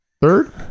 third